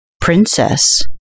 Princess